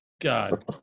God